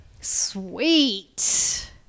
Sweet